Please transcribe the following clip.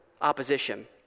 opposition